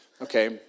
Okay